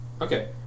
Okay